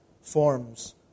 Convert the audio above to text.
forms